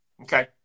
okay